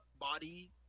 body